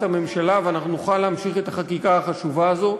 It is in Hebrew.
הממשלה ואנחנו נוכל להמשיך את החקיקה החשובה הזו.